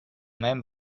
même